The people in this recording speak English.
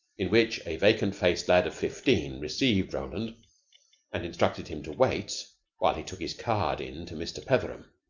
in which a vacant-faced lad of fifteen received roland and instructed him to wait while he took his card in to mr. petheram,